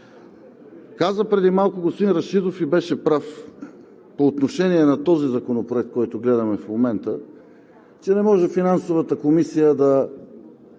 каза преди малко и беше прав по отношение на Законопроекта, който гледаме в момента, че не може Финансовата комисия да